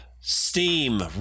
steam